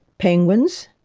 penguins,